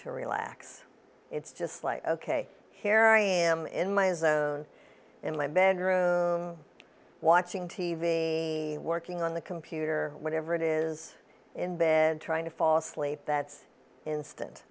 to relax it's just like ok here i am in my own in my bedroom watching t v working on the computer whatever it is in bed trying to fall asleep that's instant